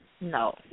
No